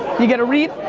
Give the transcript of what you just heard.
you get a read.